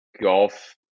golf